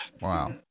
Wow